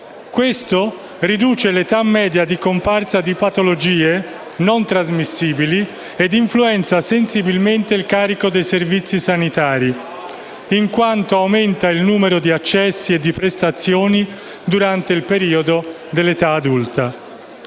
Questo riduce l'età media della comparsa di patologie non trasmissibili e influenza sensibilmente il carico dei servizi sanitari in quanto aumenta il numero di accessi e di prestazioni durante il periodo dell'età adulta.